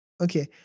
okay